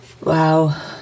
Wow